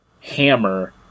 Hammer